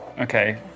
Okay